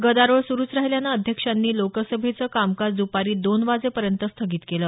गदारोळ सुरुच राहील्याचं अध्यक्षांनी लोकसभेचं कामकाज दपारी दोन वाजेपर्यंत स्थगित केलं